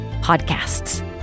podcasts